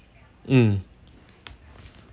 mm